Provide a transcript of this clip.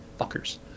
fuckers